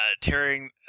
Tearing